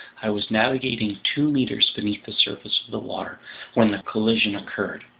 i was navigating two meters beneath the surface of the water when the collision occurred.